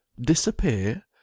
disappear